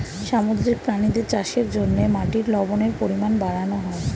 সামুদ্রিক প্রাণীদের চাষের জন্যে মাটির লবণের পরিমাণ বাড়ানো হয়